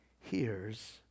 hears